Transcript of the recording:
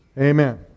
Amen